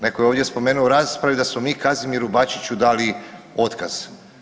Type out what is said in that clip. Netko je ovdje spomenu u raspravi da smo mi Kazimiru Bačiću dali otkaz.